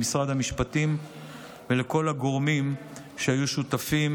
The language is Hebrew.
למשרד המשפטים ולכל הגורמים שהיו שותפים